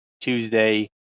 Tuesday